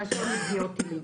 מאשר מפגיעות טילים,